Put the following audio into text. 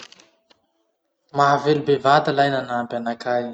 Mahavelo bevata lahy nanampy anakahy!